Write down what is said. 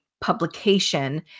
publication